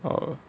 oh